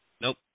Nope